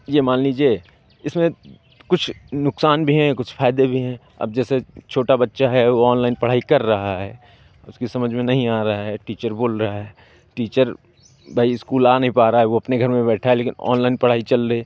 ये मान लीजिए इसमें कुछ नुकसान भी हैं कुछ फ़ायदे भी हैं अब जैसे छोटा बच्चा है वो ऑनलाइन पढ़ाई कर रहा है उसकी समझ में नही ना आ रहा है टीचर बोल रहे हैं टीचर भाई इस्कूल आ नहीं पा रहा है वो अपने घर में बैठा है लेकिन ऑनलाइन पढ़ाई चल रही